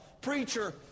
preacher